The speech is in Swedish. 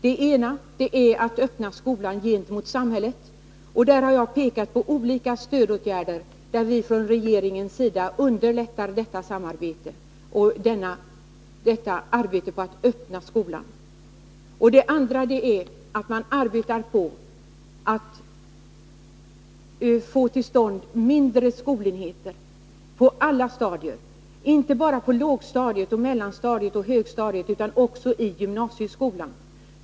Det ena är att öppna skolan gentemot samhället. Jag har pekat på olika stödåtgärder, där vi från regeringens sida underlättar detta samarbete och arbetet med att öppna skolan. Det andra är arbetet med att få till stånd mindre skolenheter på alla stadier, inte bara på lågstadiet, mellanstadiet och högstadiet utan också i gymnasieskolan.